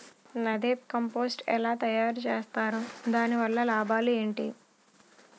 NADEP compost ఎలా తయారు చేస్తారు? దాని వల్ల లాభాలు ఏంటి?